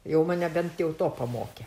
jau mane bent jau to pamokė